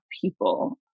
people